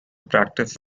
practice